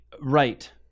right